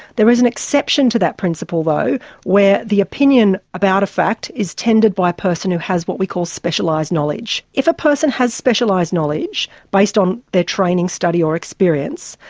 there is an exception to that principle though where the opinion about a fact is tendered by a person who has what we call specialised knowledge. if a person has specialised knowledge based on their training, study or experience,